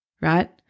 right